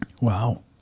Wow